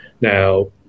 Now